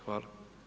Hvala.